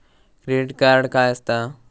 Credit card काय असता?